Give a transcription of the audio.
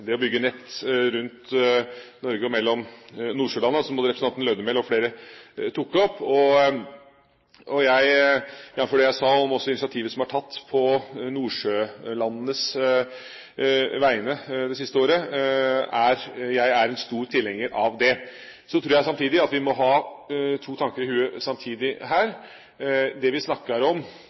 det å bygge nett rundt Norge og mellom nordsjølandene, som både representanten Lødemel og flere andre tok opp, jf. det jeg sa om initiativet som er tatt på nordsjølandenes vegne det siste året, er jeg en stor tilhenger av det. Så tror jeg samtidig at vi må ha to tanker i hodet samtidig her. Det vi mener når vi snakker om